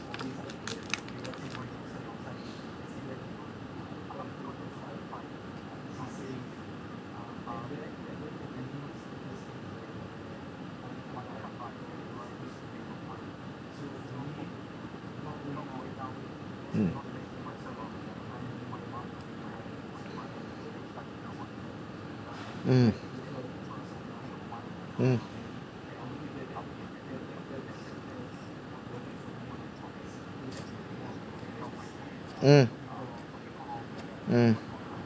mm mm mm mm mm